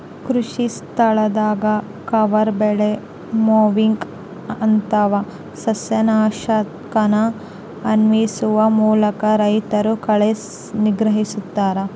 ಕೃಷಿಸ್ಥಳದಾಗ ಕವರ್ ಬೆಳೆ ಮೊವಿಂಗ್ ಅಥವಾ ಸಸ್ಯನಾಶಕನ ಅನ್ವಯಿಸುವ ಮೂಲಕ ರೈತರು ಕಳೆ ನಿಗ್ರಹಿಸ್ತರ